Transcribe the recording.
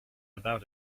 about